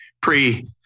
pre